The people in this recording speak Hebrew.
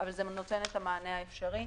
אבל זה נותן את המענה האפשרי.